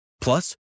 Plus